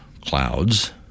clouds